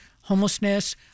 homelessness